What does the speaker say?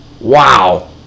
wow